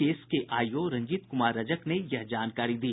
case के IO Ranjit Kumar Rajak ने यह जानकारी दी